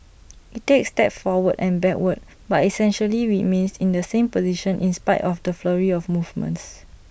IT takes steps forward and backward but essentially remains in the same position in spite of the flurry of movements